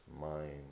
mind